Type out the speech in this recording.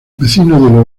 vecino